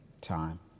time